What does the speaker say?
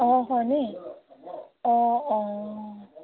অঁ হয় নেকি অঁ অঁ